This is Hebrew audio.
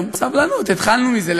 סבלנות, התחלנו מזה.